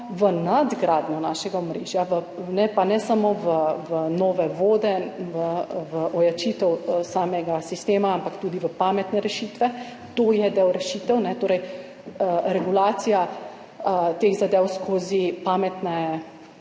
v nadgradnjo našega omrežja, pa ne samo v nove vode, v ojačitev samega sistema, ampak tudi v pametne rešitve. To je del rešitev, torej regulacija teh zadev skozi pametne